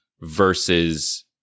versus